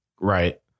right